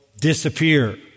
disappear